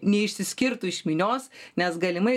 neišsiskirtų iš minios nes galimai